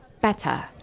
better